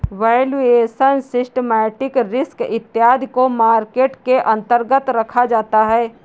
valuation, systematic risk इत्यादि को market के अंतर्गत रखा जाता है